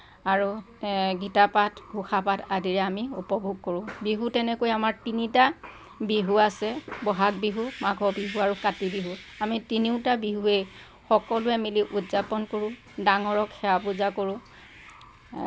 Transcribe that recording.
আৰু গীতা পাঠ ঘোষা পাঠ আদিৰে আমি উপভোগ কৰোঁ বিহু তেনেকৈ আমাৰ তিনিটা বিহু আছে ব'হাগ বিহু মাঘৰ বিহু আৰু কাতি বিহু আমি তিনিওটা বিহুৱে সকলোৱে মিলি উদযাপন কৰোঁ ডাঙৰক সেৱা পূজা কৰোঁ